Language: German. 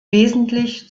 wesentlich